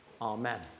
Amen